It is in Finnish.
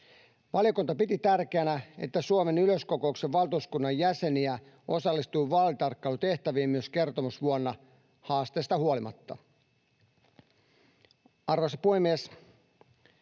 Valiokunta piti tärkeänä, että Suomen yleiskokouksen valtuuskunnan jäseniä osallistui vaalitarkkailutehtäviin myös kertomusvuonna, haasteista huolimatta. Arvoisa puhemies!